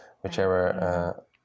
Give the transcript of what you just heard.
whichever